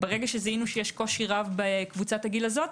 ברגע שזיהינו שיש קושי רב בקבוצת הגיל הזו,